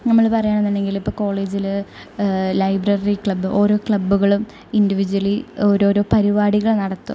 നമ്മള് പറയാണെന്നുണ്ടെങ്കില് ഇപ്പോൾ കോളേജില് ലൈബ്രറി ക്ലബ്ബ് ഓരോ ക്ലബ്ബുകളും ഇൻഡിവിജ്വലി ഓരോരോ പരുപാടികൾ നടത്തും